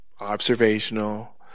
observational